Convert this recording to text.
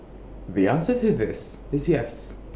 the answer to this is yes